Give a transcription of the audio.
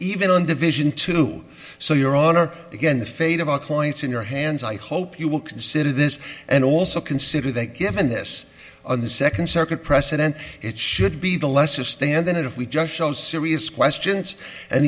even on division two so your honor again the fate of our clients in your hands i hope you will consider this and also consider that given this on the second circuit precedent it should be the lesser standard if we judged on serious questions and